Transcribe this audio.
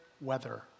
weather